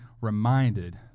reminded